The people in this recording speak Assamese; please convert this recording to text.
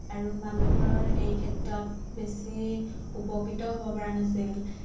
আৰু মানুহবোৰৰ এই ক্ষেত্ৰত বেছি উপকৃত হ'ব পৰা নাছিল